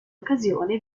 occasione